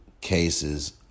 cases